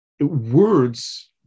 Words